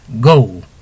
go